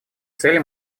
цели